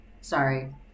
Sorry